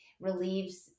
relieves